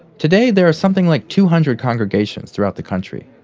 today there are something like two hundred congregations throughout the country.